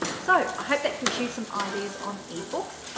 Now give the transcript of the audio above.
so, hope that gives you some ideas on ebooks.